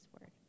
word